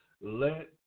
let